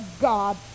God